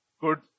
good